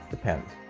depends,